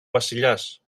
βασιλιάς